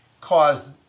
caused